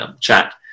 chat